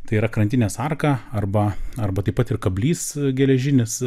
tai yra krantinės arka arba arba taip pat ir kablys geležinis